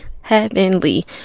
heavenly